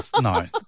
No